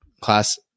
class